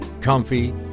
comfy